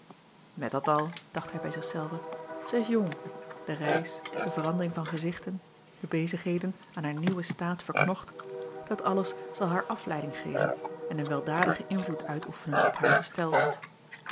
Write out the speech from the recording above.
et dat al dacht hij bij zich zelven zij is jong de reis de verandering van gezichten de bezigheden aan haar nieuwen staat verknocht dat alles zal haar afleiding geven en een weldadigen invloed uitoefenen op haar gestel